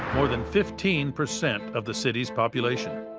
more than fifteen percent of the city's population.